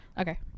Okay